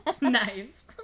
Nice